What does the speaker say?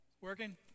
Working